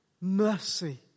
mercy